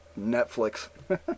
Netflix